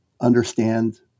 understand